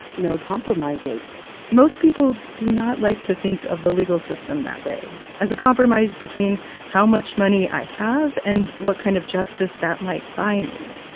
you know, compromises most people do not like to think of the legal system that way, as a compromise between how much money i have and what kind of justice that might buy me.